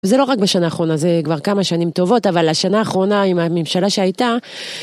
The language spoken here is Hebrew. וזה לא רק בשנה האחרונה, זה כבר כמה שנים טובות, אבל השנה האחרונה, עם הממשלה שהייתה...